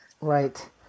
Right